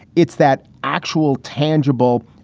it's that actual, tangible,